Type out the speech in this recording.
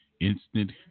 instant